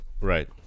Right